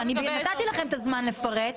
נתתי לכם את הזמן לפרט.